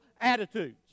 attitudes